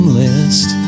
list